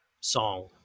song